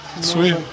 Sweet